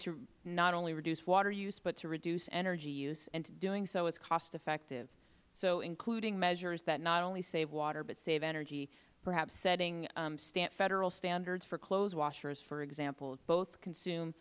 to not only reduce water use but to reduce energy use and doing so is cost effective so including measures that not only save water but saving energy perhaps setting federal standards for clothes washers for example both consume